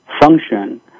function